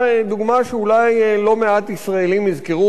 דוגמה שאולי לא מעט ישראלים יזכרו אותה.